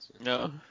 No